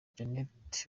janet